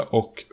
och